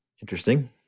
Interesting